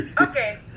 okay